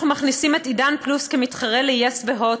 אנחנו מכניסים את "עידן פלוס" כמתחרה ל-yes ו"הוט",